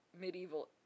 medieval